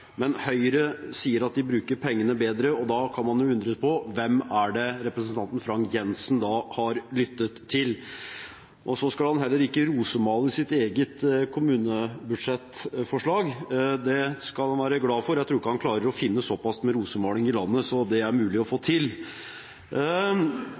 Men Høyre sier at de bruker pengene bedre, og da kan man undres over hvem det er representanten Frank J. Jenssen har lyttet til. Så skal han heller ikke rosemale sitt eget kommunebudsjettforslag. Det skal han være glad for. Jeg tror ikke han klarer å finne såpass med rosemaling i landet at det er mulig å få til.